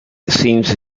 seems